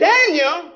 Daniel